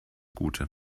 gute